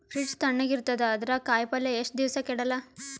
Fridge ತಣಗ ಇರತದ, ಅದರಾಗ ಕಾಯಿಪಲ್ಯ ಎಷ್ಟ ದಿವ್ಸ ಕೆಡಲ್ಲ?